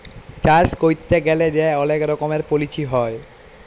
চাষ ক্যইরতে গ্যালে যে অলেক রকমের পলিছি হ্যয়